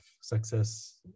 success